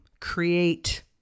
create